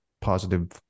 positive